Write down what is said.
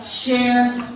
shares